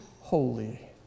holy